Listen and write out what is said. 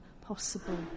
possible